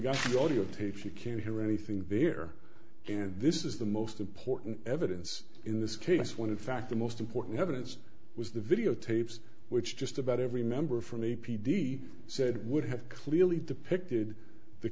got the audiotape if you can't hear anything beer and this is the most important evidence in this case when in fact the most important evidence was the videotapes which just about every member from the p d said it would have clearly depicted the